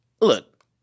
look